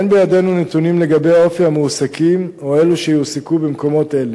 אין בידינו נתונים לגבי אופי המועסקים או אלה שיועסקו במקומות אלה.